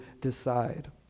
decide